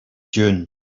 dune